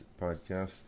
podcast